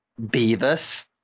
Beavis